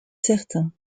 certain